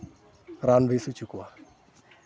ᱨᱟᱱ ᱵᱤᱥ ᱦᱚᱪᱚ ᱠᱚᱣᱟ